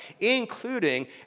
including